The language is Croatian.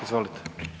Izvolite.